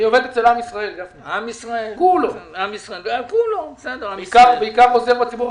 אני עובד אצל עם ישראל, בעיקר עוזר בציבור החרדי.